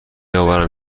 آورم